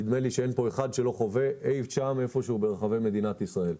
נדמה לי שאין פה אחד שלא חווה איפשהו ברחבי מדינת ישראל.